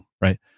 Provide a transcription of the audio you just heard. right